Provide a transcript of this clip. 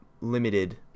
limited